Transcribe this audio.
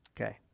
Okay